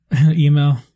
email